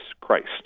Christ